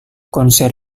konser